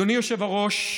אדוני היושב-ראש,